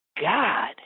god